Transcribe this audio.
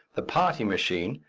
the party machine,